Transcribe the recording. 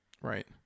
Right